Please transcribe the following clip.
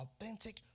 authentic